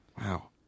Wow